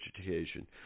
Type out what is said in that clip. education